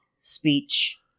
speech